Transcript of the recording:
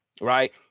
right